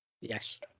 Yes